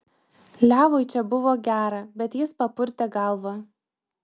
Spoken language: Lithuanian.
levui čia buvo gera bet jis papurtė galvą